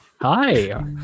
Hi